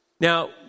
Now